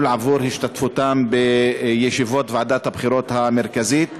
עבור השתתפותם בישיבות ועדת הבחירות המרכזית.